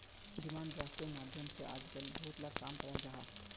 demand ड्राफ्टेर माध्यम से आजकल बहुत ला काम कराल जाहा